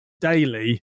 daily